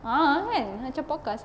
ah kan macam podcast